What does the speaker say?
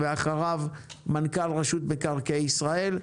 אחריו, מנכ"ל רשות מקרקעי ישראל.